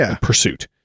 pursuit